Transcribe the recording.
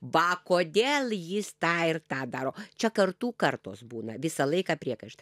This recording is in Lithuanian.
va kodėl jis tą ir tą daro čia kartų kartos būna visą laiką priekaišt